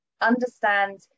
understand